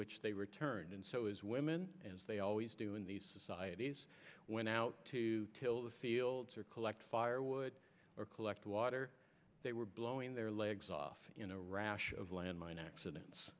which they returned and so as women as they always do in these societies went out to fill the fields or collect firewood or collect water they were blowing their legs off in a rash of landmine accidents